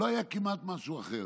לא היה כמעט משהו אחר.